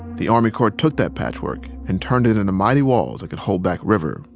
the army corps took that patchwork and turned it into mighty walls that could hold back river,